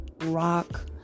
rock